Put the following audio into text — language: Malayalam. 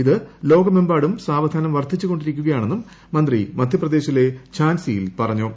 ഇത് ലോകമെമ്പാടും സാവധാനം വർദ്ധിച്ചുകൊണ്ടിരിക്കുകയാണെന്നും മന്ത്രി മധ്യപ്രദേശിലെ ഝാൻസിയിൽ പറഞ്ഞു